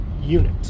Unit